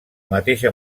mateixa